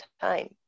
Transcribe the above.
time